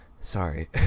Sorry